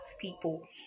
people